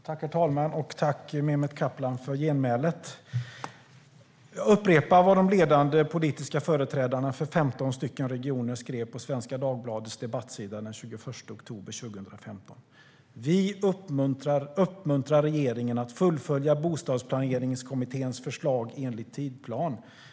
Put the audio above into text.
Herr talman! Jag tackar Mehmet Kaplan för genmälet. Jag upprepar vad de ledande politiska företrädarna för 15 regioner skrev på Svenska Dagbladets debattsida den 21 oktober 2015: "Vi uppmuntrar regeringen att fullfölja Bostadsplaneringskommitténs förslag enligt tidplan.